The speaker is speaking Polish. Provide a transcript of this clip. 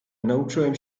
nauczyłem